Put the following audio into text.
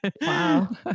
Wow